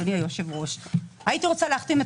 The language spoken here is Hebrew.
אדוני היושב ראש - הייתי רוצה להחתים את